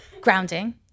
grounding